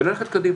וללכת קדימה.